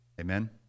Amen